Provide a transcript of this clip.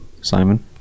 Simon